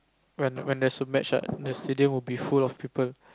when when there's a match ah the stadium will be full of people